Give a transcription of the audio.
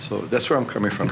so that's where i'm coming from